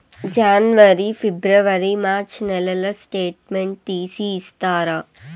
జనవరి, ఫిబ్రవరి, మార్చ్ నెలల స్టేట్మెంట్ తీసి ఇస్తారా?